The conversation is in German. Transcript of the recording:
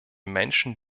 menschen